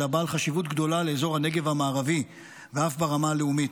אלא בעל חשיבות גדולה לאזור הנגב המערבי ואף ברמה הלאומית.